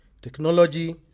technology